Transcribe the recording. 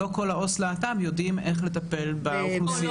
לא כל העו"ס להט"ב יודעים איך לטפל באוכלוסייה הטרנסית.